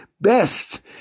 best